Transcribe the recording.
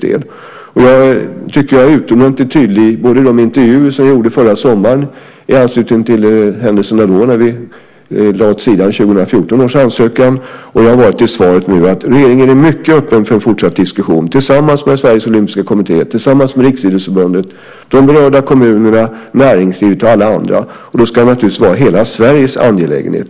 Jag tycker att jag har varit utomordentligt tydlig, både i de intervjuer som jag gjorde förra sommaren i anslutning till händelserna då när vi lade 2014 års ansökan åt sidan och i svaret nu, med att regeringen är mycket öppen för en fortsatt diskussion tillsammans med Sveriges Olympiska Kommitté, Riksidrottsförbundet, de berörda kommunerna, näringslivet och alla andra. Det ska naturligtvis vara hela Sveriges angelägenhet.